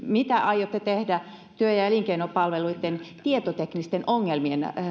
mitä aiotte tehdä työ ja elinkeinopalveluitten tietoteknisten ongelmien